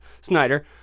Snyder